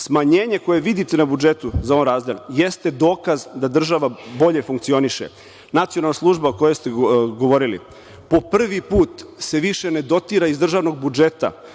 Smanjenje koje vidite na budžetu za ovaj razdel jeste dokaz da država bolje funkcioniše. Nacionalna služba, o kojoj ste govorili, po privi put se više ne dotira iz budžeta,